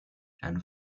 and